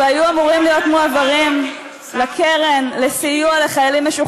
זה קרדיט שלו.